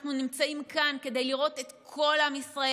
אנחנו נמצאים כאן כדי לראות את כל עם ישראל.